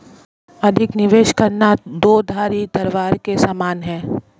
अधिक निवेश करना दो धारी तलवार के समान है